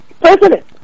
president